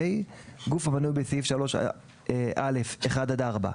(ה) גוף המנוי בסעיף 3(א)(1) עד (4),